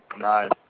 Nice